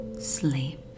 sleep